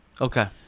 Okay